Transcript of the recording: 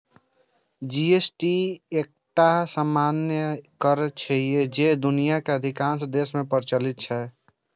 GST एकटा सामान्य कर छियै, जे दुनियाक अधिकांश देश मे प्रचलित छै